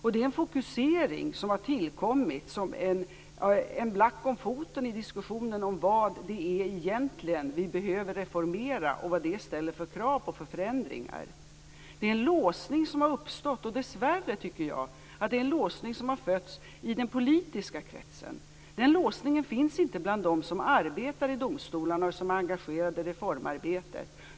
Detta är en fokusering som har tillkommit som en black om foten i diskussionen om vad det egentligen är vi behöver reformera och vad detta ställer för krav på förändringar. Det är en låsning som har uppstått, och dessvärre tycker jag att det är en låsning som har fötts i den politiska kretsen. Den låsningen finns inte bland dem som arbetar i domstolarna och som är engagerade i reformarbetet.